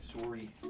Sorry